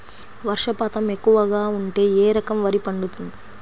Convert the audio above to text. వర్షపాతం ఎక్కువగా ఉంటే ఏ రకం వరి పండుతుంది?